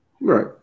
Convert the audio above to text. Right